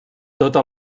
tota